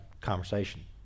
conversation